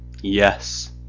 Yes